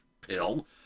pill